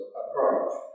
approach